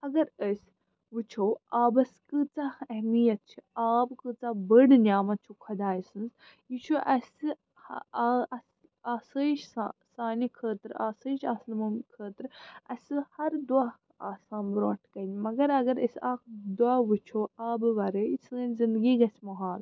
اَگر أسۍ وُچھو آبَس کۭژاہ اہمیِت چھِ آب کۭژاہ بٔڑ نعمت چھِ خۄداے سٕنٛز یہِ چھُ اسہِ آسٲیِش سانہِ خٲطرٕ آسٲیِش آسنہٕ خٲطرٕ اسہِ ہَر دۄہ آسان برٛونٛٹھ کٔنۍ مگر اَگر أسۍ اَکھ دۄہ وُچھو آبہٕ وَرٲے سٲنۍ زِنٛدگی گژھہِ محال